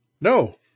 No